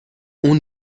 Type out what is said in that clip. اون